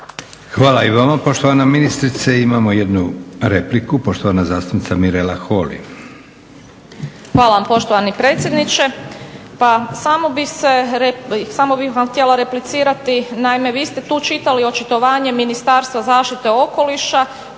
Hvala i vama poštovana ministrice. Imamo jednu repliku, poštovana zastupnica Mirela Holy. **Holy, Mirela (ORaH)** Hvala vam poštovani predsjedniče. Pa samo bih vam htjela replicirati, naime vi ste tu čitali očitovanje Ministarstva zaštite okoliša